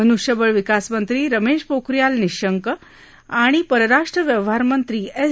मनुष्यबळ विकास मंत्री रमेश पोखरियाल निंशक आणि परराष्ट्र व्यवहारमंत्री एस